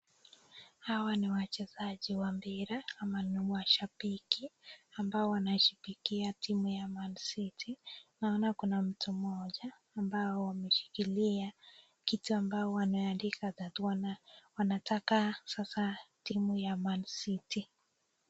Hawa ni wachezaji wa mpira ama ni washabiki ambao wanashabikia timu ya Man City ,na naona kuna mtu moja ambao wameshikilia kitu ambayo wameandika wanataka sasa timu ya Man City.